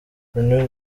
rooney